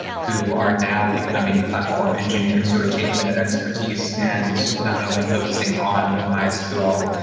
who are now becoming platform engineers who are taking that expertise and not only focusing on mysql,